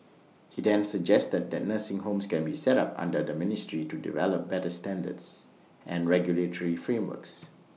he then suggested that nursing homes can be set up under the ministry to develop better standards and regulatory frameworks